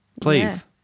please